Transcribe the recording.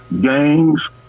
gangs